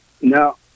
No